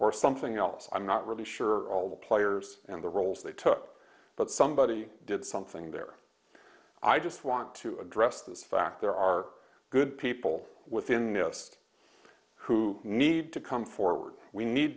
or something else i'm not really sure all the players and the roles they took but somebody did something there i just want to address this fact there are good people within the us who need to come forward we need